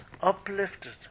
uplifted